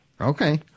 Okay